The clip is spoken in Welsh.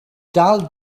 dal